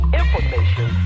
information